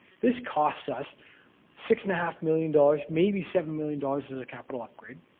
this costs us six and a half million dollars, maybe seven million dollars as a capital upgrade.